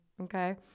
Okay